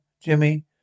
Jimmy